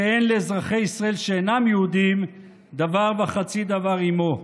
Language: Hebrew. שאין לאזרחי ישראל שאינם יהודים דבר וחצי דבר עימו.